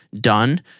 done